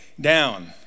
down